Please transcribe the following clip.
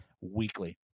Weekly